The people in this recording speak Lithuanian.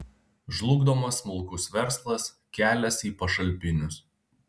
žlugdomas smulkus verslas kelias į pašalpinius